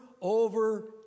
over